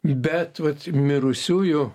bet vat mirusiųjų